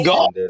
God